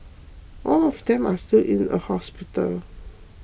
all of them are still in a hospital